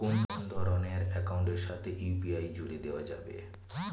কোন ধরণের অ্যাকাউন্টের সাথে ইউ.পি.আই জুড়ে দেওয়া যাবে?